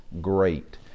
great